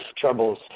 troubles